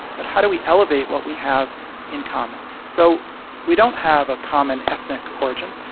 but how do we elevate what we have in common? so we don't have a common ethnic origin.